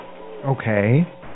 Okay